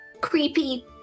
creepy